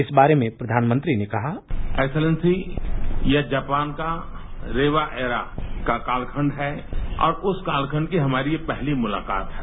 इस बारे में प्रधानमंत्री ने कहा एक्सीलेंसी यह जापान का रीवा एरा का कालखंड है और उस कालखंड की ये हमारी पहली मुलाकात है